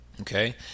Okay